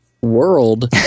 world